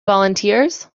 volunteers